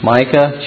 Micah